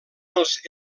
els